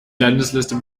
landesliste